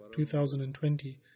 2020